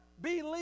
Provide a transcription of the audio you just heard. believe